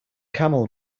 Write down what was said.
camel